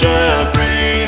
Jeffrey